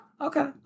Okay